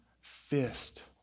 fist